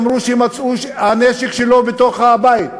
אמרו שמצאו את הנשק בתוך הבית,